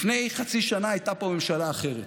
לפני חצי שנה הייתה פה ממשלה אחרת.